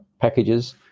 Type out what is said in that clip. packages